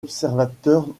observateurs